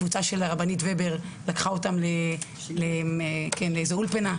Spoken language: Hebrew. קבוצה שהרבנית ובר לקחה לאזור אולפנה,